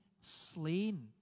slain